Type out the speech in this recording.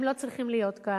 הם לא צריכים להיות כאן,